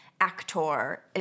actor